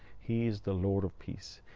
he is the lord of peace.